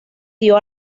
dio